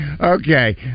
Okay